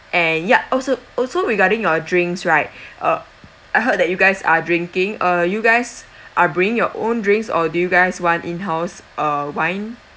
and yup also also regarding your drinks right uh I heard that you guys are drinking uh you guys are bringing your own drinks or do you guys want in-house uh wine